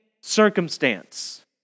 circumstance